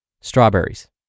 Strawberries